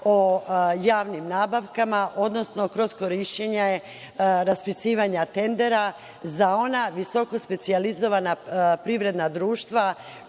o javnim nabavkama, odnosno kroz korišćenje raspisivanja tendera za ona visoko specijalizovana privredna društva